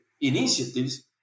initiatives